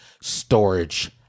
storage